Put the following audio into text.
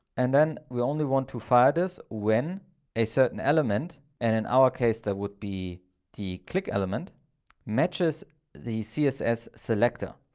and then we only want to fire this when a certain element. and in our case, that would be the click element matches the css selector.